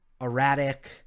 erratic